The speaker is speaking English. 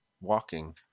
walking